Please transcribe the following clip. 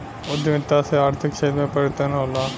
उद्यमिता से आर्थिक क्षेत्र में परिवर्तन होला